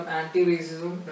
anti-racism